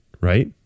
right